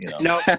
no